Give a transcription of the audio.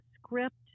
script